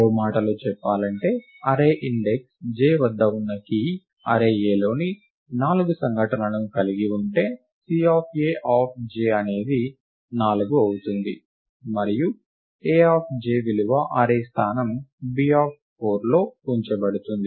మరో మాటలో చెప్పాలంటే అర్రే ఇండెక్స్ j వద్ద ఉన్న కీ అర్రే Aలో నాలుగు సంఘటనలను కలిగి ఉంటే C of A of j అనేది 4 అవుతుంది మరియు A ఆఫ్ j విలువ అర్రే స్థానం B ఆఫ్ 4లో ఉంచబడుతుంది